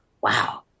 wow